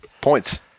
Points